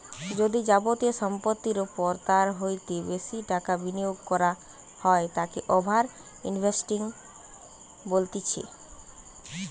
যদি যাবতীয় সম্পত্তির ওপর তার হইতে বেশি টাকা বিনিয়োগ করা হয় তাকে ওভার ইনভেস্টিং বলতিছে